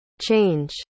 change